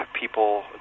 people